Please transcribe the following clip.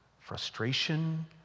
frustration